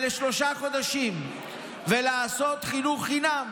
ולשלושה חודשים ולעשות חינוך חינם.